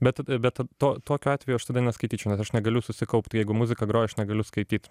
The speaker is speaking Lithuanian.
bet bet to tokiu atveju aš tada neskaityčiau nes aš negaliu susikaupt jeigu muzika groja aš negaliu skaityt